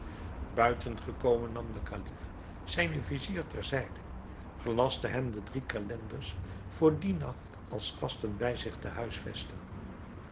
gekomen nam de kalif zijnen vizier ter zijde gelastte hem de drie calenders voor dien nacht als gasten bij zich te huisvesten